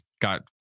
got